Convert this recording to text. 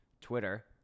Twitter